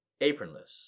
apronless